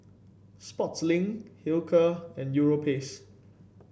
Sportslink Hilker and Europace